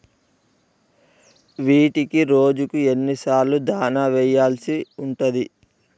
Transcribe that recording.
వీటికి రోజుకు ఎన్ని సార్లు దాణా వెయ్యాల్సి ఉంటది?